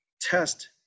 test